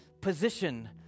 position